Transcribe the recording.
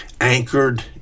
anchored